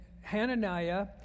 Hananiah